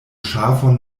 ŝafon